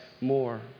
more